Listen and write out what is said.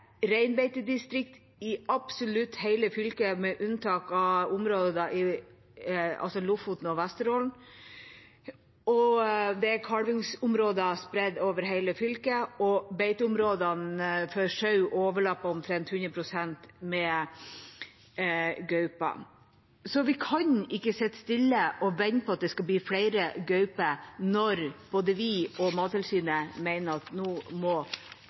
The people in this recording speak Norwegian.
reinbeitedistrikt i absolutt hele fylket, med unntak av områdene Lofoten og Vesterålen. Det er også kalvingsområder spredt over hele fylket, og beiteområdene for sau overlapper omtrent 100 pst. med gaupas område. Vi kan ikke sitte stille og vente på at det skal bli flere gauper når både vi og Mattilsynet mener at det nå må